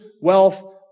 wealth